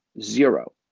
Zero